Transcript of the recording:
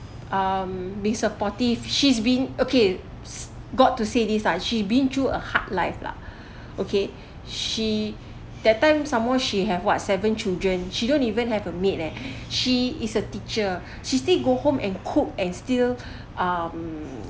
um be supportive she's been okay s~ got to say these ah she's been through a hard life lah okay she that time some more she have what seven children she don't even have a maid leh she is a teacher she still go home and cook and still um